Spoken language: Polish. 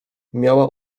miała